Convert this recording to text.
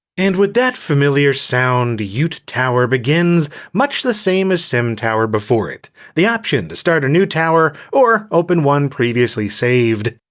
and with that familiar sound, yoot tower begins much the same as simtower before it the option to start a new tower or open one previously saved.